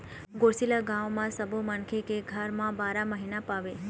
गोरसी ल गाँव म सब्बो मनखे के घर म बारा महिना पाबे